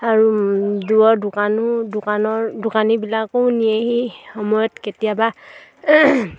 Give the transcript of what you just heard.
আৰু দূৰৰ দোকানো দোকানৰ দোকানীবিলাকো নিয়েহি সময়ত কেতিয়াবা